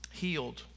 healed